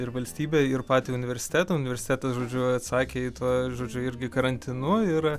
ir valstybę ir patį universitetą universitetas žodžiu atsakė tuo žodžiu irgi karantinu ir